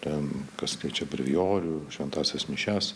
ten kas keičia brevijorių šventąsias mišias